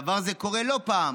דבר זה קורה לא פעם,